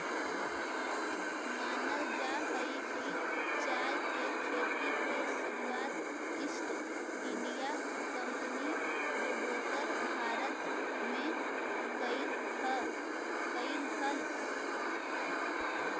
मानल जा हई कि चाय के खेती के शुरुआत ईस्ट इंडिया कंपनी पूर्वोत्तर भारत में कयलई हल